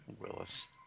Willis